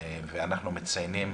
ואנחנו מציינים